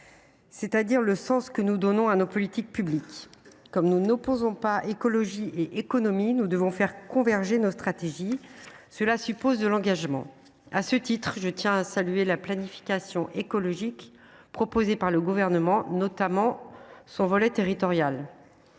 c’est à dire dans le sens que nous donnons à nos politiques publiques. Comme nous n’opposons pas écologie et économie, nous devons faire converger nos stratégies, mes chers collègues ; cela suppose de l’engagement. Je tiens à cet égard à saluer la planification écologique proposée par le Gouvernement, et notamment son volet territorial.